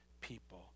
people